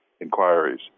inquiries